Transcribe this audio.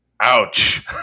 Ouch